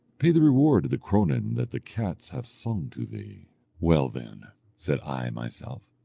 pay the reward of the cronan that the cats have sung to thee well then said i myself,